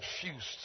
confused